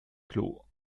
klo